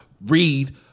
read